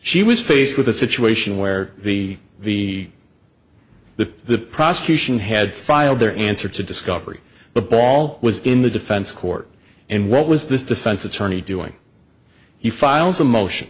she was faced with a situation where the the the the prosecution had filed their answer to discovery the ball was in the defense court and what was this defense attorney doing you files a motion